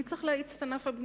מי צריך להאיץ את ענף הבנייה?